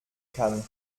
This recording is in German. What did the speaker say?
kann